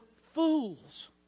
fools